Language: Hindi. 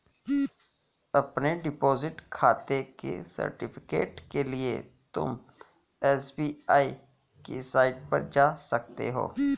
अपने डिपॉजिट खाते के सर्टिफिकेट के लिए तुम एस.बी.आई की साईट पर जा सकते हो